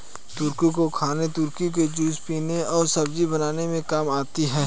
तुरई को खाने तुरई का जूस पीने और सब्जी बनाने में काम आती है